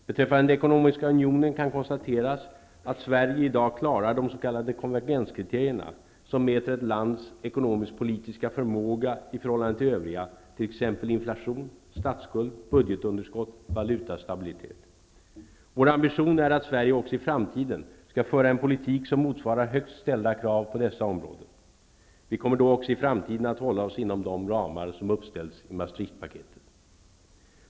Beträffande den ekonomiska unionen kan konstateras att Sverige i dag klarar de s.k. konvergenskriterierna, som mäter ett lands ekonomisk-politiska förmåga i förhållande till övriga -- t.ex. inflation, statsskuld, budgetunderskott och valutastabilitet. Vår ambition är att Sverige också i framtiden skall föra en politik som motsvarar högt ställda krav på dessa områden. Vi kommer då också i framtiden att hålla oss inom de ramar som uppställs i Maastrichtpaketet.